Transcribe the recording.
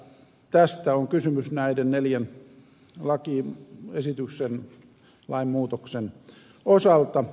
tästä on kysymys näiden neljän lakiesityksen lainmuutoksen osalta